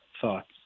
thoughts